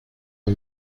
aux